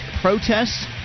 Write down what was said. protests